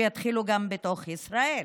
שיתחילו גם בתוך ישראל.